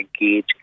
engage